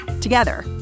Together